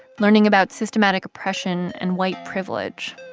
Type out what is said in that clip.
learning about systematic oppression and white privilege.